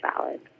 valid